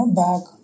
back